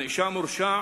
הנאשם הורשע